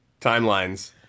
Timelines